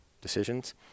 decisions